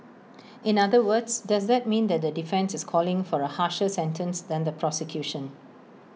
in other words does that mean that the defence is calling for A harsher sentence than the prosecution